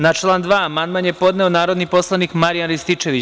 Na član 2. amandman je podneo narodni poslanik Marijan Rističević.